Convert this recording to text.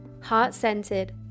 heart-centered